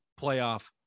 playoff